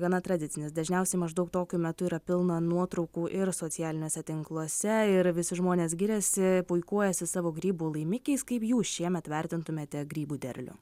gana tradicinis dažniausiai maždaug tokiu metu yra pilna nuotraukų ir socialiniuose tinkluose ir visi žmonės giriasi puikuojasi savo grybų laimikiais kaip jūs šiemet vertintumėte grybų derlių